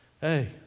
Hey